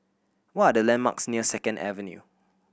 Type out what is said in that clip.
what are the landmarks near Second Avenue